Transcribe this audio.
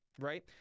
right